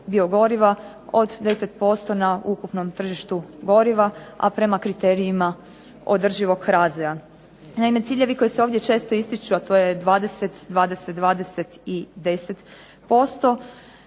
biogoriva od 10% na ukupnom tržištu goriva, a prema kriterijima održivog razvoja. Naime ciljevi koji se ovdje često ističu, a to je 20, 20, 20 i 10%,